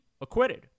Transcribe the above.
acquitted